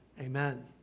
amen